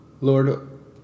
Lord